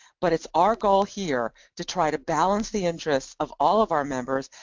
but it's our goal here to try to balance the interests of all of our members,